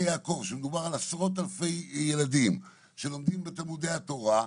שמדובר על עשרות אלפי ילדים שלומדים בתלמודי התורה,